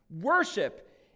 Worship